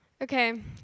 Okay